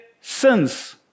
sins